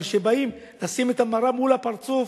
אבל כשבאים לשים את המראה מול הפרצוף,